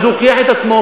וזה הוכיח את עצמו.